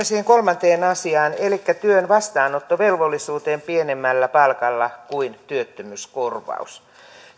siihen kolmanteen asiaan elikkä työn vastaanottovelvollisuuteen pienemmällä palkalla kuin työttömyyskorvaus